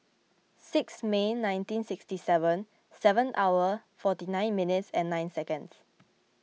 six May nineteen sixty seven seven hour forty nine minutes nine seconds